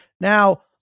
Now